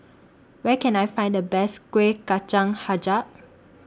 Where Can I Find The Best Kuih Kacang Hijau